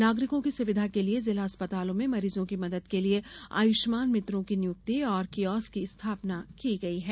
नागरिकों की सुविधा के लिये जिला अस्पतालों में मरीजों की मदद के लिये आयुष्मान मित्रों की नियुक्ति और कियोस्क की स्थापना की गयी है